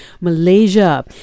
Malaysia